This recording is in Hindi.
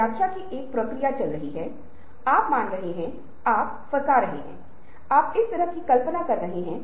लेकिन बाएं मस्तिष्क विचारों का मूल्यांकन करता है और विचारों का विश्लेषण करता है